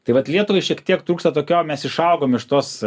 tai vat lietuvai šiek tiek trūksta tokio mes išaugom iš tos